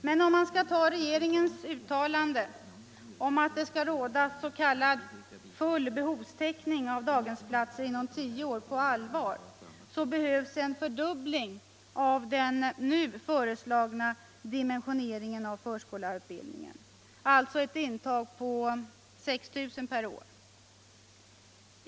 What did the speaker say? Men om man skall ta regeringens uttalande om att det skall råda s.k. full behovstäckning av daghemsplatser inom tio år på allvar, behövs en fördubbling av den nu föreslagna dimensioneringen av förskollärarutbildningen, alltså ett intag på 6 000 per år.